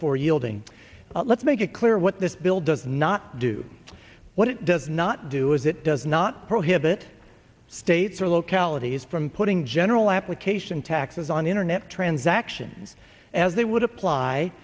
yielding let's make it clear what this bill does not do what it does not do is it does not prohibit states or localities from putting general application taxes on internet transactions as they would apply